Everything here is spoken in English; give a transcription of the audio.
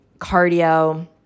cardio